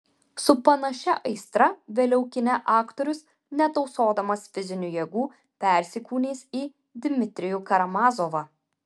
su panašia aistra vėliau kine aktorius netausodamas fizinių jėgų persikūnys į dmitrijų karamazovą